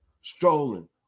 strolling